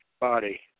body